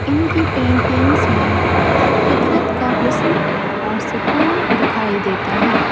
ان کی پینٹنگس میں فطرت کا حسن اور سکون دکھائی دیتا ہے